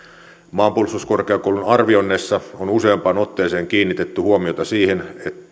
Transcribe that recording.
maanpuolustuskorkeakoulun arvioinneissa on useampaan otteeseen kiinnitetty huomiota siihen